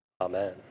Amen